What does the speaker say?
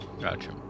Gotcha